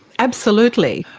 absolutely.